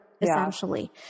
essentially